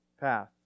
path